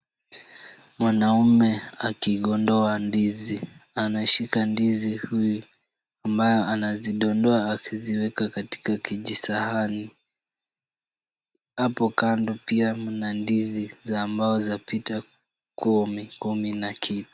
Mwanaume akigondoa ndizi. Anashika ndizi huyu ambayo anazidondoa akiziweka katika kijisahani. Hapo kando pia mna ndizi za mbao zapita kumi, kumi na kitu.